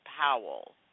Powell